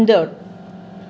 ईंदड़